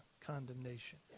condemnation